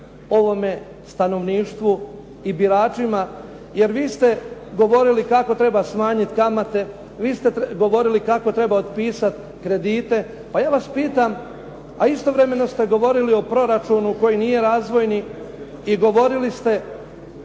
ovome stanovništvu i biračima jer vi ste govorili kako treba smanjiti kamate, vi ste govorili kako treba otpisati kredite. Pa ja vas pitam, a istovremeno ste govorili o proračunu koji nije razvojni i govorili ste